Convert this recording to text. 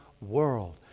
world